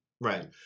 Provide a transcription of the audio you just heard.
Right